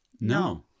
no